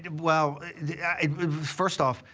and well, first off,